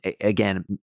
again